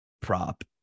prop